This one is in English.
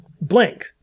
blank